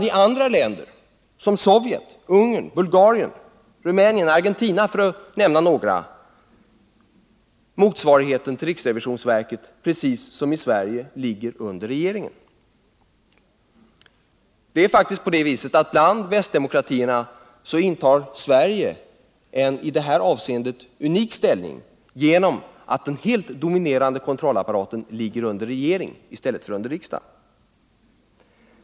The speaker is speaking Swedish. I länder som Sovjet, Ungern, Bulgarien, Rumänien och Argentina, för att nämna några, ligger motsvarigheten till riksrevisionsverket precis som i Sverige under regeringen. Bland västdemokratierna intar faktiskt Sverige i det här avseendet en unik ställning genom att den helt dominerande kontrollapparaten ligger under regeringen i stället för under riksdagen.